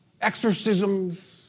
exorcisms